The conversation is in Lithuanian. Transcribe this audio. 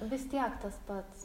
vis tiek tas pats